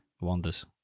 Wonders